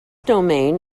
domain